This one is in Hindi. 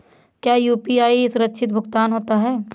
क्या यू.पी.आई सुरक्षित भुगतान होता है?